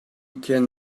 can